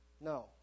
No